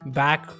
back